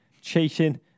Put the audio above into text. chasing